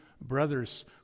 Brothers